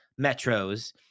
metros